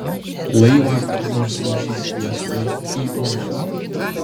laivą kada nors sudaužys viesulai į uolas